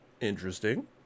interesting